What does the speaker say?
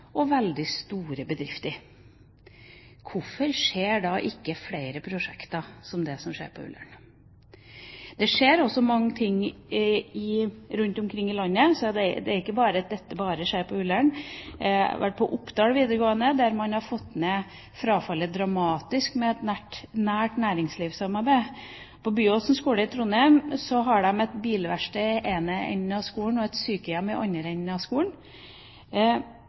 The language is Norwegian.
og veldig store bedrifter. Hvorfor får man da ikke flere prosjekter som det på Ullern? Det skjer også mange ting rundt omkring i landet, ikke bare på Ullern. Jeg har vært på Oppdal videregående. Der har man fått ned frafallet dramatisk med et nært næringslivssamarbeid. På Byåsen skole i Trondheim har de et bilverksted i den ene enden av skolen og et sykehjem i den andre enden.